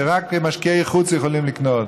שבה רק משקיעי חוץ יכולים לקנות,